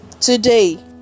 today